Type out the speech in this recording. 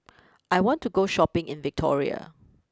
I want to go Shopping in Victoria